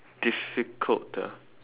difficult ah